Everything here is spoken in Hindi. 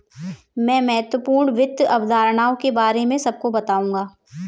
मैं महत्वपूर्ण वित्त अवधारणाओं के बारे में सबको बताऊंगा